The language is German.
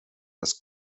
das